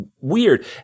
weird